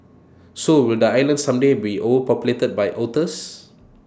so will the island someday be overpopulated by otters